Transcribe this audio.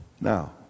Now